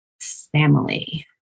family